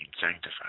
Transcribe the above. sanctified